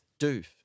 Doof